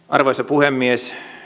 arvoisa puhemies